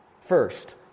first